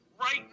right